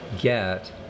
get